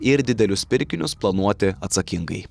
ir didelius pirkinius planuoti atsakingai